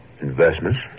investments